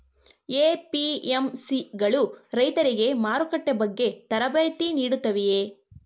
APMC ಗಳು ರೈತರಿಗೆ ಮಾರುಕಟ್ಟೆ ಬಗ್ಗೆ ತರಬೇತಿ ನೀಡುತ್ತವೆಯೇ?